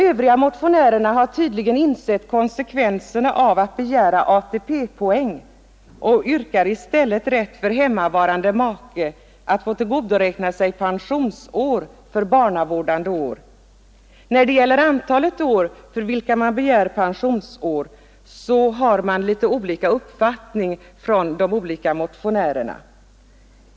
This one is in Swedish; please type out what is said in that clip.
Övriga motionärer har tydligen insett konsekvenserna av att begära ATP-poäng och yrkar i stället rätt för hemmavarande make att få tillgodoräkna sig pensionsår för barnavårdande år. När det gäller antalet år för vilka man begär pensionsår har emellertid motionärerna litet olika uppfattningar.